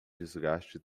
desgaste